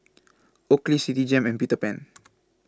Oakley Citigem and Peter Pan